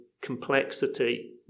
complexity